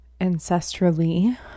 ancestrally